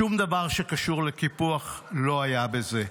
שום דבר שקשור לקיפוח לא היה בזה.